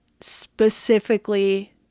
specifically